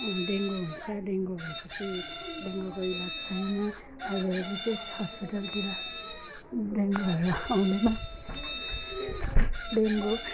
dengue हुन्छ dengue भए पछि डेङ्गुको इलाज छैन अहिले विशेष हस्पिटलतिर डेङ्गुहरू आउँदैन डेङ्गु